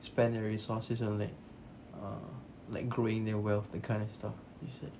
spend the resources on like uh like growing their wealth that kind of stuff it's like